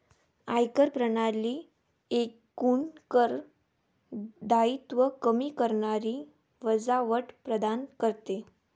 आयकर प्रणाली एकूण कर दायित्व कमी करणारी वजावट प्रदान करते